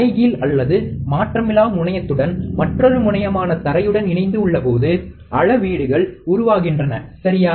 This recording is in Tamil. தலைகீழ் அல்லது மாற்றமிலா முனையத்துடன் மற்றொரு முனையமான தரையுடன் இணைந்து உள்ளபோது அளவீடுகள் உருவாகின்றன சரியா